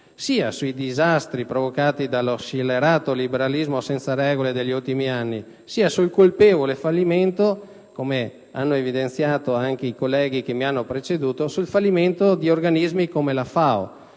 sia sui disastri provocati dallo scellerato liberalismo senza regole degli ultimi anni, sia sul colpevole fallimento - come hanno evidenziato anche i colleghi che mi hanno preceduto - di organismi come la FAO,